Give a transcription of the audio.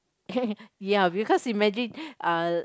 ya because imagine uh